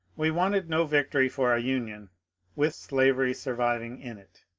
we wanted no victory for a union with slavery surviving in it.